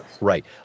Right